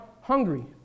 hungry